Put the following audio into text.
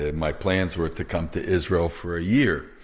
and my plans were to come to israel for a year,